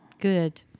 good